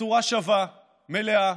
בצורה שווה, מלאה,